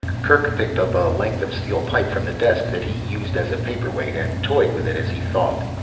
kerk picked up a length of steel pipe from the desk, that he used as a paperweight, and toyed with it as he thought.